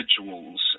individuals